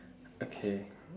okay